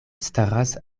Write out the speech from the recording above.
staras